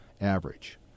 average